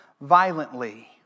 violently